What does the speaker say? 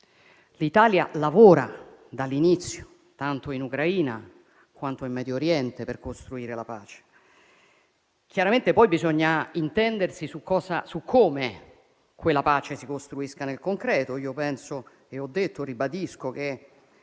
L'Italia ha lavorato dall'inizio, tanto in Ucraina, quanto in Medio Oriente, per costruire la pace. Chiaramente, poi, bisogna intendersi su come quella pace si costruisca nel concreto: come ho detto e ribadisco,